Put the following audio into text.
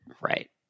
Right